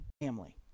family